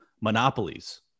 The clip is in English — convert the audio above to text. monopolies